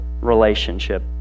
relationship